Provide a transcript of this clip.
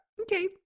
okay